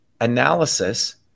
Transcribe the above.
analysis